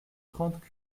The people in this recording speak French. trente